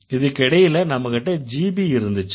இதுக்கிடையில நம்மகிட்ட GB இருந்துச்சு